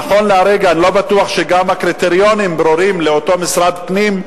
נכון להרגע אני לא בטוח שגם הקריטריונים ברורים למשרד הפנים,